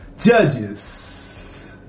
Judges